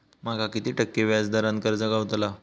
माका किती टक्के व्याज दरान कर्ज गावतला?